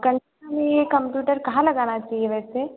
कंचन हमें ये कम्प्यूटर कहाँ लगाना चाहिए वैसे